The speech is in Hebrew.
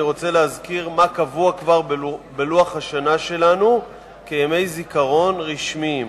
אני רוצה להזכיר מה קבוע כבר בלוח השנה שלנו כימי זיכרון רשמיים